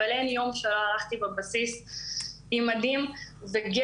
אבל אין יום שלא הלכתי בבסיס עם מדים וגבר